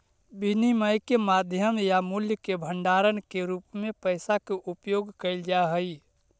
विनिमय के माध्यम या मूल्य के भंडारण के रूप में पैसा के उपयोग कैल जा हई